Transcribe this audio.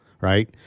right